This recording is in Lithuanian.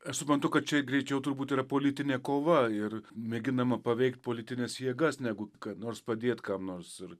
aš suprantu kad čia greičiau turbūt yra politinė kova ir mėginama paveikt politines jėgas negu kuo nors padėt kam nors ir